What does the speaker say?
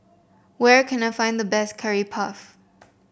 where can I find the best Curry Puff